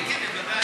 כן, כן, בוודאי.